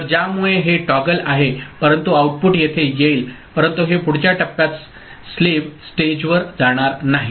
तर ज्यामुळे हे टॉगल आहे परंतु आउटपुट येथे येईल परंतु हे पुढच्या टप्प्यात स्लेव्ह स्टेजवर जाणार नाही